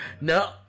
No